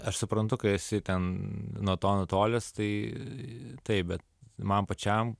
aš suprantu kai esi ten nuo to nutolęs tai taip bet man pačiam